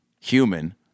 human